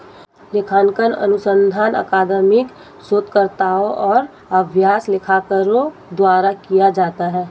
लेखांकन अनुसंधान अकादमिक शोधकर्ताओं और अभ्यास लेखाकारों द्वारा किया जाता है